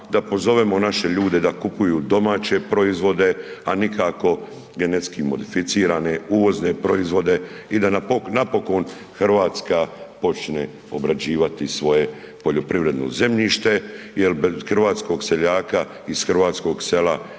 da pozovemo naše ljude da kupuju domaće proizvode a nikako genetski modificirane uvozne proizvode, i da napokon Hrvatska počne obrađivati svoje poljoprivredno zemljište, jer bez hrvatskog seljaka iz hrvatskog sela